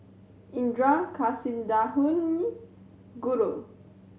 Indira Kasinadhuni Guru